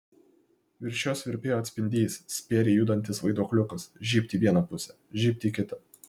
virš jos virpėjo atspindys spėriai judantis vaiduokliukas žybt į vieną pusę žybt į kitą